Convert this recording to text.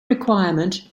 requirement